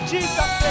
Jesus